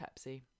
pepsi